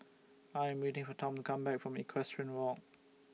I Am waiting For Tom to Come Back from Equestrian Walk